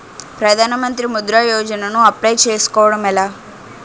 ప్రధాన మంత్రి ముద్రా యోజన కు అప్లయ్ చేసుకోవటం ఎలా?